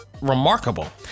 remarkable